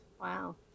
wow